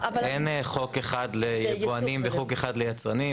חוק אחד ליבואנים וחוק אחד ליצרנים.